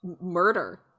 murder